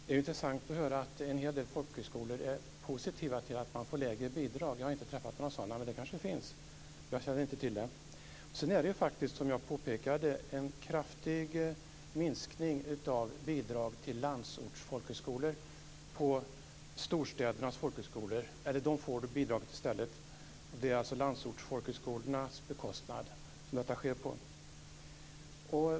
Det är intressant att höra att en hel del folkhögskolor är positiva till att de får lägre bidrag. Jag har inte träffat på några sådana, men det kanske finns. Jag känner inte till dem. Det är faktiskt, som jag påpekade, en kraftig minskning av bidrag till landsortsfolkhögskolor. Storstädernas folkhögskolor får bidraget i stället. Det sker alltså på landsortsfolkhögskolornas bekostnad.